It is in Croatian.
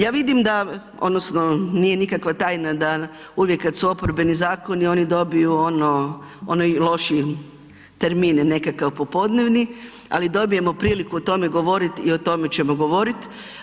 Ja vidim da odnosno nije nikakva tajna da uvijek kad su oporbeni zakoni oni dobiju ono, onaj lošiji termin nekakav popodnevni, ali dobijemo priliku o tome govorit i o tome ćemo govorit.